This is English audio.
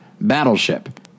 battleship